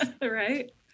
Right